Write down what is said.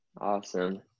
Awesome